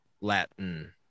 latin